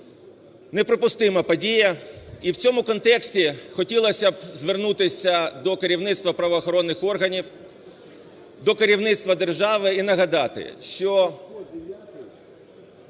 Неприпустима подія. І в цьому контексті хотілося б звернутися до керівництва правоохоронних органів, до керівництва держави і нагадати, що